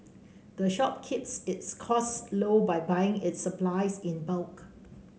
the shop keeps its costs low by buying its supplies in bulk